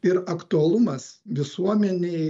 ir aktualumas visuomenei